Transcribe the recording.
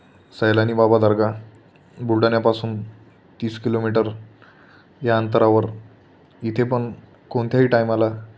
सैलानी बाबा दर्गा बुलढाण्यापासून तीस किलोमीटर या अंतरावर इथे पण कोणत्याही टायमाला